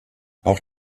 auch